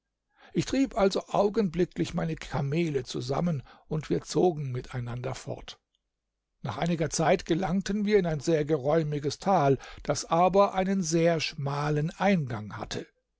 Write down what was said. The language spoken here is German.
ich trieb also augenblicklich meine kamele zusammen und wir zogen miteinander fort nach einiger zeit gelangten wir in ein sehr geräumiges tal das aber einen sehr schmalen eingang hatte